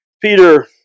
Peter